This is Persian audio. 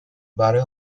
برای